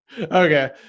Okay